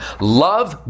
love